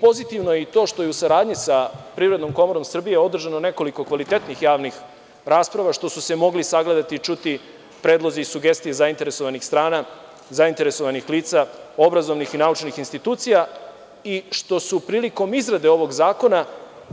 Pozitivno je i to što je u saradnji sa Privrednom komorom Srbije održano nekoliko kvalitetnih javnih rasprava, što su se mogli sagledati i čuti predlozi i sugestije zainteresovanih strana, zainteresovanih lica, obrazovnih i naučnih institucija i što su prilikom izrade ovog zakona